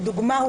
לדוגמה,